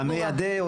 המיידה,